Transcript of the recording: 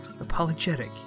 apologetic